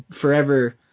forever –